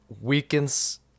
weakens